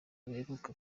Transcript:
buheruka